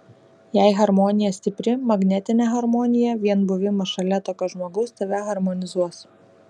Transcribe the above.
jei harmonija stipri magnetinė harmonija vien buvimas šalia tokio žmogaus tave harmonizuos